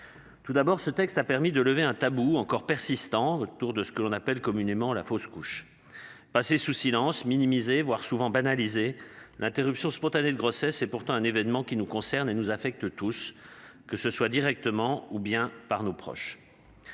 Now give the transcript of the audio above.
Tout d'abord ce texte a permis de lever un tabou encore persistant autour de ce qu'on appelle communément la fausse couche passé sous silence minimiser voire souvent banalisée l'interruption spontanée de grossesse et pourtant un événement qui nous concerne, et nous affecte tous que ce soit, directement ou bien par nos proches.